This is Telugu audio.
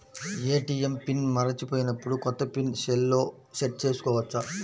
ఏ.టీ.ఎం పిన్ మరచిపోయినప్పుడు, కొత్త పిన్ సెల్లో సెట్ చేసుకోవచ్చా?